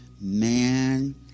Man